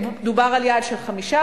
דובר על יעד של 5%,